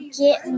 get